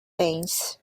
things